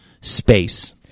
space